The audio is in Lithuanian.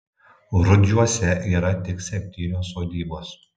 rudžiuose yra tik septynios sodybos